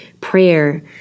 prayer